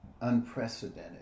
unprecedented